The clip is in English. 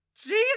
Jesus